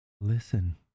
Listen